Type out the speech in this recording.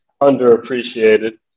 underappreciated